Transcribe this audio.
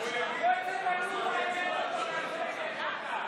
לכל דבר אנחנו נגיע.